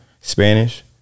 Spanish